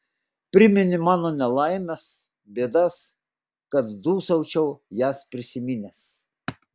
priminė mano nelaimes bėdas kad dūsaučiau jas prisiminęs